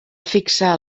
fixar